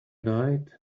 night